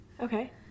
okay